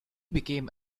became